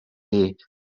elements